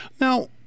Now